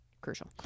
Crucial